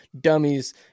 dummies